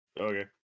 Okay